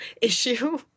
issue